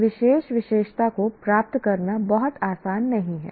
उस विशेष विशेषता को प्राप्त करना बहुत आसान नहीं है